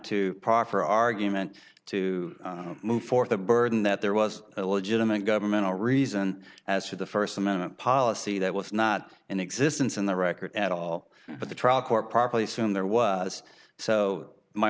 to proffer argument to move forth a burden that there was a legitimate governmental reason as to the first amendment policy that was not in existence in the record at all but the trial court probably soon there was so my